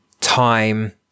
time